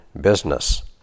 business